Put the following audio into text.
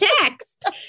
text